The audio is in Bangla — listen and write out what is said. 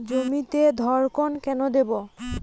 জমিতে ধড়কন কেন দেবো?